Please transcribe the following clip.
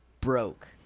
broke